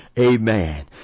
Amen